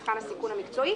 מבחן הסיכון המקצועי